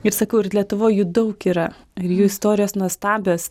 ir sakau ir lietuvoj jų daug yra ir jų istorijos nuostabios